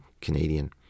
Canadian